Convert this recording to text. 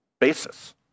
basis